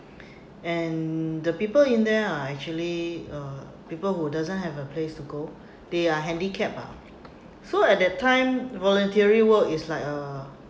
and the people in there are actually uh people who doesn't have a place to go they are handicapped lah so at that time voluntary work is like a